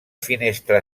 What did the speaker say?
finestra